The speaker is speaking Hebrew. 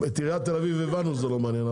את עיריית תל אביב הבנו שזה לא מעניין,